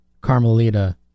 Carmelita